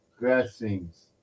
blessings